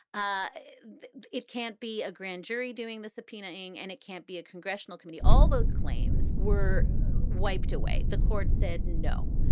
ah it can't be a grand jury doing the subpoena thing and it can't be a congressional committee. all those claims were wiped away. the court said no.